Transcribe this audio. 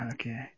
Okay